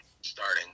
Starting